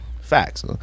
Facts